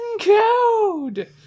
code